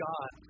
God